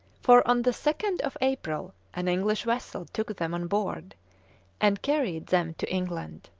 for on the second of april an english vessel took them on board and carried them to england.